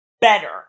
Better